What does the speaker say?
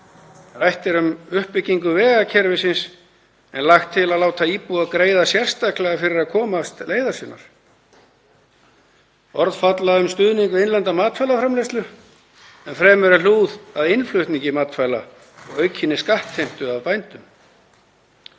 Rætt er um uppbyggingu vegakerfisins en lagt er til að láta íbúa greiða sérstaklega fyrir að komast leiðar sinnar. Orð falla um stuðning við innlenda matvælaframleiðslu en fremur er hlúð að innflutningi matvæla og aukinni skattheimtu af bændum.